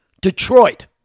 Detroit